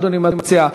מה אדוני מציע?